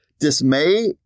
dismay